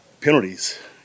Penalties